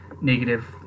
negative